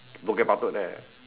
Bukit-Batok there